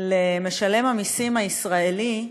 למשלם המסים הישראלי,